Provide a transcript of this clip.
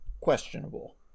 questionable